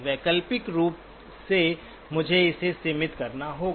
वैकल्पिक रूप से मुझे इसे सीमित करना होगा